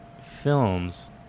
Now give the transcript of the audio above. films